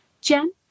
Jen